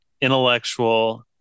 intellectual